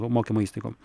mokymo įstaigom